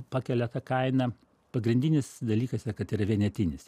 pakelia tą kainą pagrindinis dalykas yra kad yra vienetinis